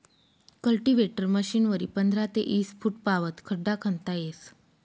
cultivator मशीनवरी पंधरा ते ईस फुटपावत खड्डा खणता येस